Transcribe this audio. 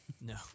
No